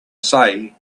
say